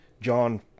John